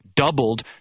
Doubled